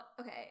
okay